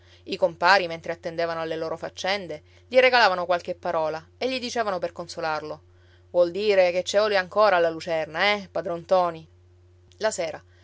i compari mentre attendevano alle loro faccende gli regalavano qualche parola e gli dicevano per consolarlo vuol dire che c'è olio ancora alla lucerna eh padron ntoni la sera